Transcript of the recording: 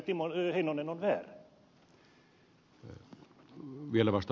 timo heinonen on väärä